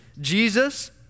Jesus